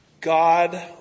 God